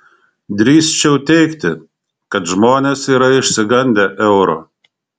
drįsčiau teigti kad žmonės yra išsigandę euro